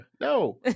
no